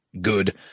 good